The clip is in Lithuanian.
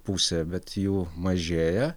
pusėje bet jų mažėja